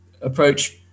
approach